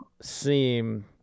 seem